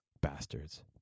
Bastards